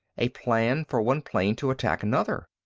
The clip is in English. a plan for one plane to attack another!